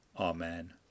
Amen